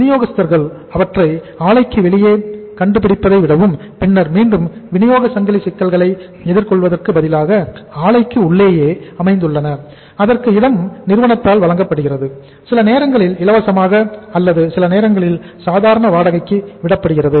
வினியோகஸ்தர்கள் அவற்றை ஆலைக்கு வெளியே கண்டுபிடிப்பதை விடவும் பின்னர் மீண்டும் விநியோக சங்கிலி சிக்கல்களை எதிர் கொள்வதற்கு பதிலாக ஆலைக்கு உள்ளேயே அமைந்துள்ளனஅதற்கு இடம் நிறுவனத்தால் வழங்கப்படுகிறது சில நேரங்களில் இலவசமாக அல்லது சில நேரங்களில் சாதாரண வாடகைக்கு விடப்படுகிறது